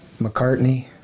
McCartney